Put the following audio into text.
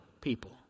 people